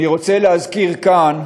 אני רוצה להזכיר כאן,